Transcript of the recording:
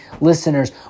listeners